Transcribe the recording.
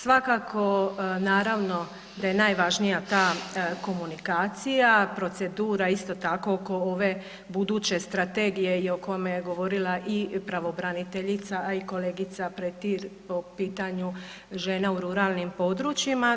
Svakako naravno da je najvažnija ta komunikacija, procedura isto tako oko ove buduće strategije i o kome je govorila i pravobraniteljica, a i kolegica Petir o pitanju žena u ruralnim područjima.